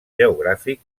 geogràfic